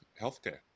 healthcare